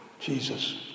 Jesus